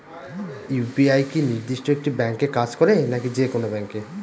UPI কি নির্দিষ্ট একটি ব্যাংকে কাজ করে নাকি যে কোনো ব্যাংকে?